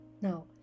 Now